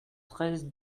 treize